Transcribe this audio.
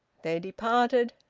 they departed,